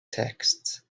texts